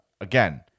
Again